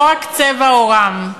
לא רק צבע עורם.